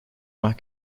más